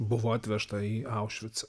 buvo atvežta į aušvicą